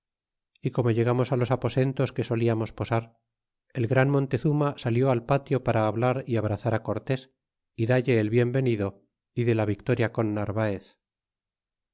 y como llegamos á los aposentos que soliamos posar el gran montezuma salió al patio para hablar y abrazar á cortés y dalle el bien venido y de la victoria con narvaez